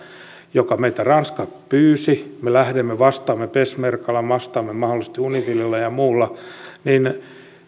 jota meiltä ranska pyysi me lähdemme vastaan me peshmergalla vastaamme mahdollisesti unifilillä ja muulla